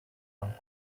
one